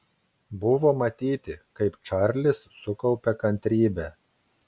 buvo matyti kaip čarlis sukaupia kantrybę